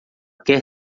quer